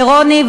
לרוני,